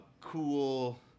cool